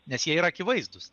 nes jie yra akivaizdūs